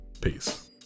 peace